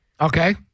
Okay